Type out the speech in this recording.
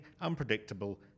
unpredictable